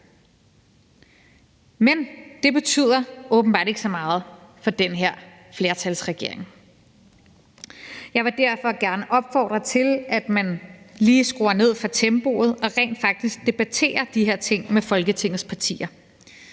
Men det betyder åbenbart ikke så meget for den her flertalsregering. Jeg vil derfor gerne opfordre til, at man lige skruer ned for tempoet og rent faktisk debatterer de her ting med Folketingets partier,